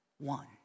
one